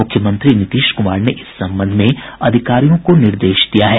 मुख्यमंत्री नीतीश कुमार ने इस संबंध में अधिकारियों को निर्देश दिया है